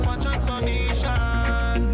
transformation